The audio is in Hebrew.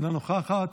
אינה נוכחת,